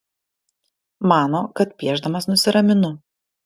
mano kad piešdamas nusiraminu